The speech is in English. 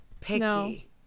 picky